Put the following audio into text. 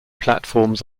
platforms